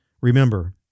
Remember